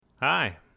hi